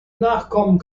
nachkommen